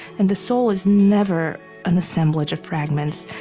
and the soul is never an assemblage of fragments.